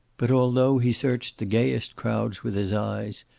but although he searched the gayest crowds with his eyes,